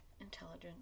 intelligent